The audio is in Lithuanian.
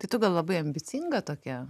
tai tu gal labai ambicinga tokia